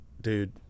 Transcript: dude